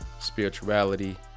spirituality